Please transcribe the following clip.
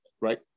right